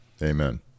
Amen